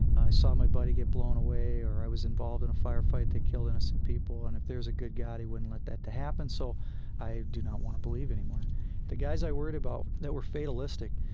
i saw my buddy get blown away or i was involved in a firefight that killed innocent people. and if there's a good god, he wouldn't let that to happen. so i do not want to believe anymore the guys i worried about, that were fatalistic,